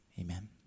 amen